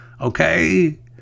Okay